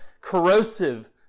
corrosive